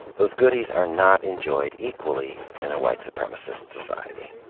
those goodies are not enjoyed equally in a white supremacist society.